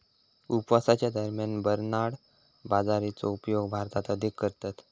उपवासाच्या दरम्यान बरनार्ड बाजरीचो उपयोग भारतात अधिक करतत